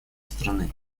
страны